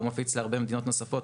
הוא מפיץ להרבה מדינות נוספות.